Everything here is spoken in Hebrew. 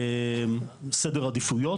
סדר עדיפויות.